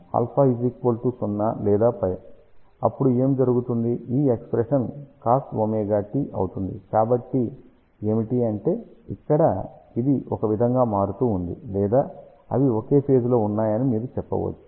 𝜶 0 లేదా π అప్పుడు ఏం జరుగుతుంది ఈ ఎక్ష్ప్రెషన్ cos ωt అవుతుంది కాబట్టి ఏమిటి అంటే ఇక్కడ ఇది ఒక విధముగా మారుతూ ఉంది లేదా అవి ఒకే ఫేజ్ లో ఉన్నాయని మీరు చెప్పవచ్చు